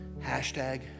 hashtag